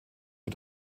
für